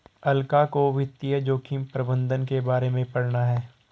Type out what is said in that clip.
अलका को वित्तीय जोखिम प्रबंधन के बारे में पढ़ना है